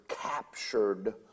Captured